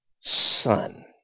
son